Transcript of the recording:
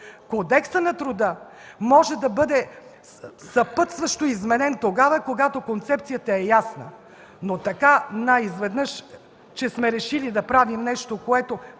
Кодексът на труда може да бъде съпътстващо изменен тогава, когато концепцията е ясна, но така изведнъж, защото сме решили да правим нещо, което